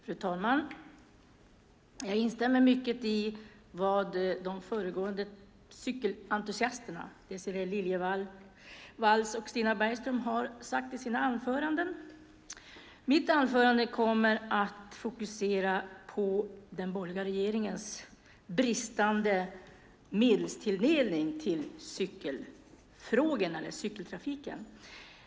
Fru talman! Jag instämmer mycket i vad de föregående cykelentusiasterna, Désirée Liljevall och Stina Bergström, har sagt i sina anföranden. Mitt anförande kommer att fokusera på den borgerliga regeringens bristande medelstilldelning till cykeltrafiken.